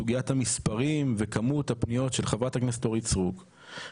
בכלל וכאשר אתה מגיש הרבה,